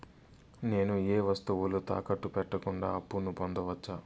నేను ఏ వస్తువులు తాకట్టు పెట్టకుండా అప్పును పొందవచ్చా?